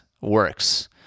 works